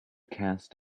cast